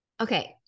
okay